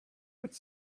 with